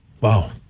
Wow